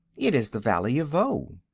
it is the valley of voe.